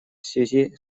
связи